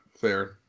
Fair